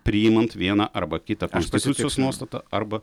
priimant vieną arba kitą konstitucijos nuostatą arba